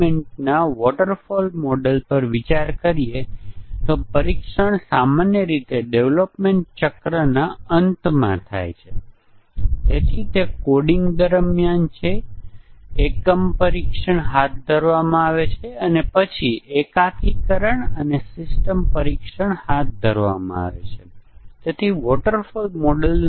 interfacing એ છે કે એક ફંક્શન બીજા ફંક્શનને ખોટા પરિમાણ સાથે કરે છે અથવા તે પરિમાણને કરી શકે છે તે પરિમાણોની ઓછી સંખ્યા અથવા પરિમાણોની વધુ સંખ્યા સાથેના કાર્યને કરે છે અથવા પેરામીટર પ્રકારનો મેળ ખાતો નથી